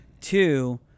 Two